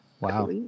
Wow